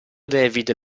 david